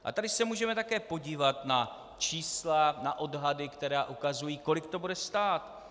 A tady se můžeme také podívat na čísla, na odhady, které ukazují, kolik to bude stát.